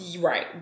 Right